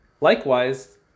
Likewise